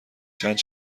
چند